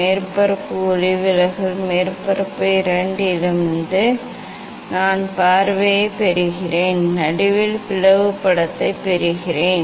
மேற்பரப்பு ஒளிவிலகல் மேற்பரப்பு இரண்டிலிருந்தும் நான் பார்வையைப் பெறுகிறேன் நடுவில் பிளவு படத்தைப் பெறுகிறேன்